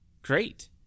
Great